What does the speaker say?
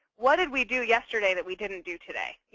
what did we do yesterday that we didn't do today?